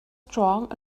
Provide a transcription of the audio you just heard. strong